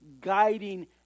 guiding